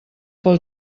pel